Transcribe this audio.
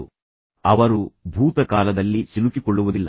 ಅವರು ಭೂತಕಾಲದಲ್ಲಿ ಬದುಕುವುದಿಲ್ಲ ಅವರು ಭೂತಕಾಲದಲ್ಲಿ ಸಿಲುಕಿಕೊಳ್ಳುವುದಿಲ್ಲ